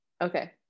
Okay